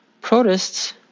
protists